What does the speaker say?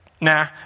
nah